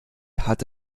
hat